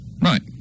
Right